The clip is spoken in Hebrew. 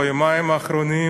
ביומיים האחרונים,